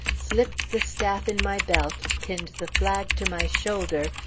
slipped the staff in my belt, pinned the flag to my shoulder,